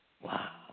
Wow